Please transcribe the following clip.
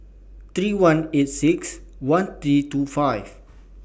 three one eight six one three two five